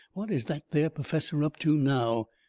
what is that there perfessor up to now?